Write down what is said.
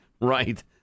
right